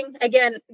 Again